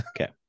okay